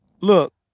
look